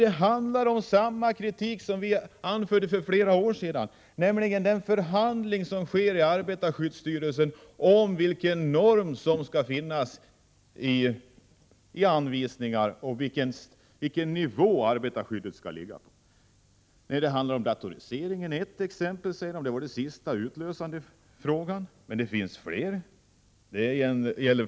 Det handlar om samma kritik som vi framförde för flera år sedan, nämligen vad gäller förhandlingarna inom arbetarskyddsstyrelsen om vilken norm som skall tillämpas i anvisningar och på vilken nivå arbetarskyddet skall ligga. Det framhölls att utvecklingen beträffande datoriseringen var den senaste och utlösande faktorn, men det finns fler exempel.